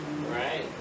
Right